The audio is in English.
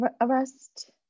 arrest